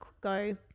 go